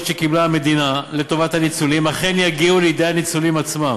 שקיבלה המדינה לטובת הניצולים אכן יגיעו לידי הניצולים עצמם.